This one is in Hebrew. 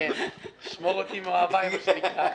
שמור אותי מאוהביי, מה שנקרא ...